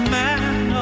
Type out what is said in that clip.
man